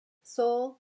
seoul